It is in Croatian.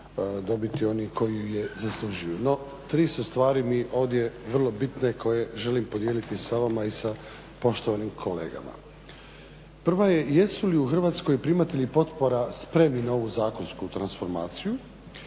dobiti oni koji je zaslužuju. No tri su stvari mi ovdje vrlo bitne koje želim podijeliti s vama i sa poštovanim kolegama. Prva je jesu li u Hrvatskoj primatelji potpora spremni na ovu zakonsku transformaciju,